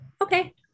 Okay